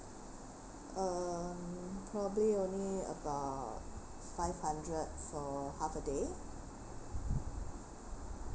um probably about five hundred for half a day